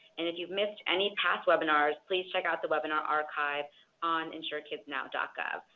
and if you've missed any past webinars, please check out the webinar archive on insurekidsnow and gov.